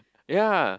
ya